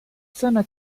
sono